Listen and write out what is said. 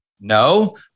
No